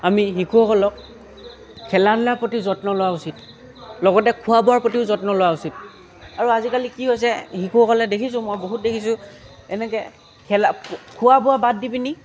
আমি শিশুসকলক খেলা ধূলাৰ প্ৰতি যত্ন লোৱা উচিত লগতে খোৱা বোৱাৰ প্ৰতিও যত্ন লোৱা উচিত আৰু আজিকালি কি হৈছে শিশুসকলে দেখিছোঁ মই বহুত দেখিছোঁ এনেকৈ খেলা খোৱা বোৱা বাদ দি পিনি